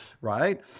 right